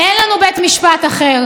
אין לנו בית משפט אחר.